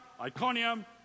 Iconium